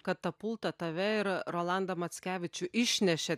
katapulta tave ir rolandą mackevičių išnešė